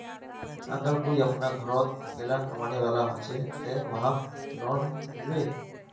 अगर कोई अपना घोरोत अकेला कमाने वाला होचे ते वहाक लोन मिलबे?